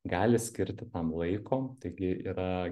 gali skirti tam laiko taigi yra